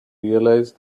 realize